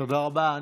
תודה רבה.